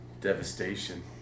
devastation